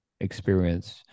experience